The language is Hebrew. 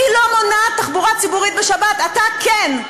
אני לא מונעת תחבורה ציבורית בשבת, אתה כן.